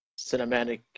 cinematic